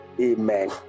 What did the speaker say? Amen